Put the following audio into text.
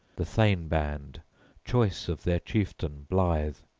the thane-band choice of their chieftain blithe,